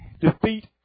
defeat